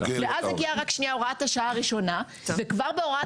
אז הגיעה הוראת השעה הראשונה וכבר בהוראת